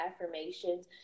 affirmations